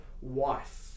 wife